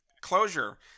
Closure